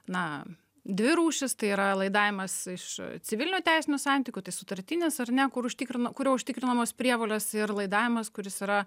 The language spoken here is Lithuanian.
na dvi rūšis tai yra laidavimas iš civilinių teisinių santykių tai sutartinis ar ne kur užtikrina kuriuo užtikrinamos prievolės ir laidavimas kuris yra